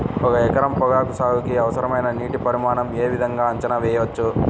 ఒక ఎకరం పొగాకు సాగుకి అవసరమైన నీటి పరిమాణం యే విధంగా అంచనా వేయవచ్చు?